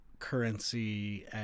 Currency